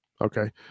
Okay